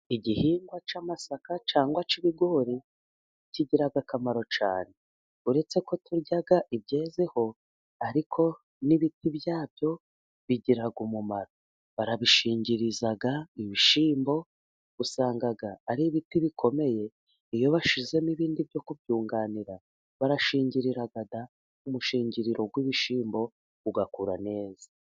Igihingwa cy'amasaka cangwa cy'ibigori, kigira akamaro cyane, uretse ko turya ibyezeho ariko n'ibiti byabyo bigira umumaro, barabishingiriza ibishyimbo, usanga ari ibiti bikomeye, iyo bashyizemo ibindi byo kubyunganira barashingirira da! Umushingiriro w'ibishyimbo ugakura neza.